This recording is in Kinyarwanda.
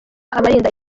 abarinda